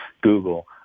Google